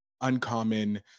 uncommon